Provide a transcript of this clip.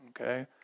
Okay